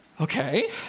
Okay